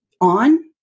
on